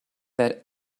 that